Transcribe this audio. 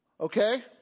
Okay